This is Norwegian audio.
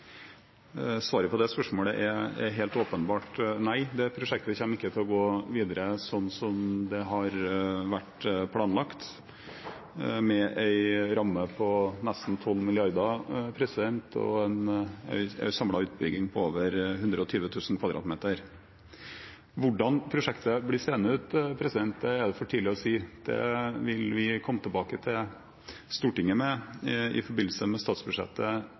svaret på det spørsmålet helt åpenbart er nei. Det prosjektet kommer ikke til å gå videre sånn som det har vært planlagt, med en ramme på nesten 12 mrd. kr og en samlet utbygging på over 120 000 m 2 . Hvordan prosjektet blir seende ut, er det for tidlig å si. Det vil vi komme tilbake til Stortinget med i forbindelse med statsbudsjettet